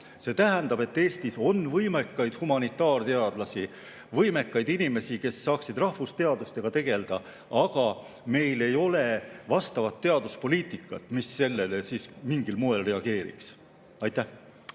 See tähendab, et Eestis on võimekaid humanitaarteadlasi, võimekaid inimesi, kes saaksid rahvusteadustega tegeleda, aga meil ei ole teaduspoliitikat, mis sellele mingil moel reageeriks. Aitäh